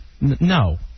No